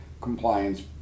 compliance